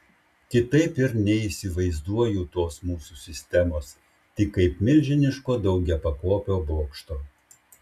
kitaip ir neįsivaizduoju tos mūsų sistemos tik kaip milžiniško daugiapakopio bokšto